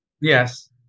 Yes